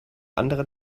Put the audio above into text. anderen